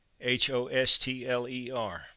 H-O-S-T-L-E-R